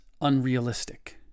unrealistic